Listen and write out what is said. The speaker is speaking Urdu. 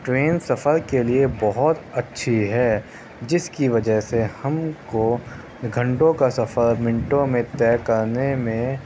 ٹرین سفر کے لئے بہت اچھی ہے جس کی وجہ سے ہم کو گھنٹوں کا سفر مِنٹوں میں طے کرنے میں